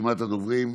רשימת הדוברים: